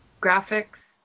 graphics